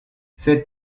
cette